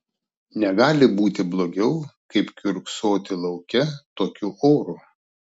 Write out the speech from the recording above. negali būti blogiau kaip kiurksoti lauke tokiu oru